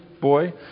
boy